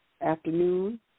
afternoon